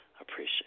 appreciate